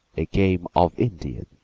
a game of indian.